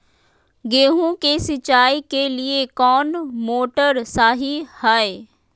गेंहू के सिंचाई के लिए कौन मोटर शाही हाय?